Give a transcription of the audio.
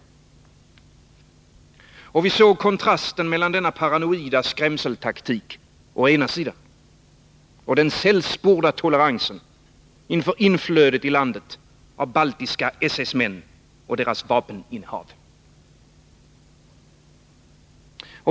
Och vi såg kontrasten mellan denna paranoida skrämseltaktik och den sällsporda toleransen inför inflödet i landet av baltiska SS-män och deras vapeninnehav.